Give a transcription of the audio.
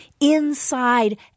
inside